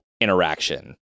interaction